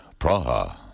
Praha